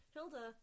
Hilda